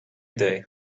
day